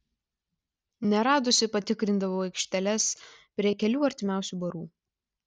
neradusi patikrindavau aikšteles prie kelių artimiausių barų